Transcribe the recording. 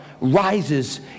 rises